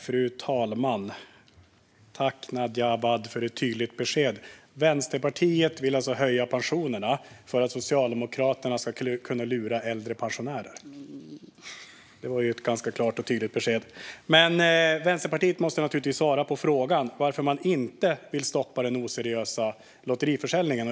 Fru talman! Tack, Nadja Awad, för ett tydligt besked! Vänsterpartiet vill alltså höja pensionerna för att Socialdemokraterna ska kunna lura äldre pensionärer; det var ju ett ganska klart och tydligt besked. Vänsterpartiet måste naturligtvis svara på varför man inte vill stoppa den oseriösa lottförsäljningen.